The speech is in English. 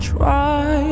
Try